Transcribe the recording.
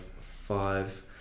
five